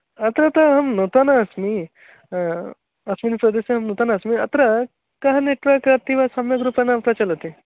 अत्र तु अहं नूतनः अस्मि अस्मिन् सदस्यां अहं नूतनः अस्मि अत्र कः नेट्वर्क् अतीव सम्यग् रूपेण प्रचलति